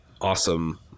awesome –